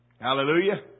Hallelujah